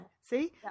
see